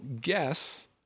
guess